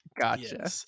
Gotcha